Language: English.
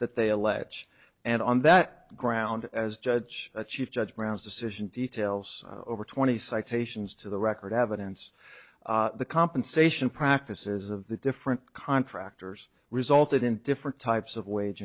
that they allege and on that ground as judge a chief judge brown's decision details over twenty citations to the record evidence the compensation practices of the different contractors resulted in different types of wage